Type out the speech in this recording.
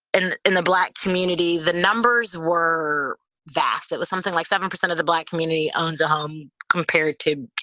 and in the black community, the numbers were vast. it was something like seven percent of the black community owns a home compared to